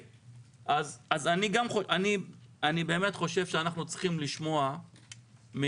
אז אני גם חושב שאנחנו צריכים לשמוע עמדה גם